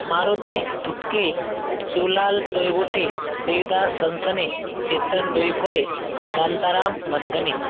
Maruti Dhutke Shivlal Toygutte Devdas Sansane Chetan Duiphode Shantaram घनघणे